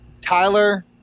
Tyler –